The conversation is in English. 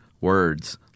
words